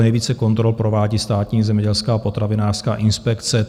Nejvíce kontrol provádí Státní zemědělská a potravinářská inspekce.